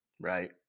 Right